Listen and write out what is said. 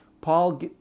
Paul